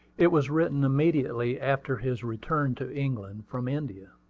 it was written immediately after his return to england from india.